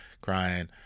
crying